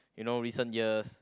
you know recent years